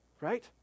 Right